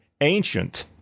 ancient